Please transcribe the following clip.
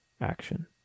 action